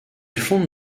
fonde